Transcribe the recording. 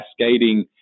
cascading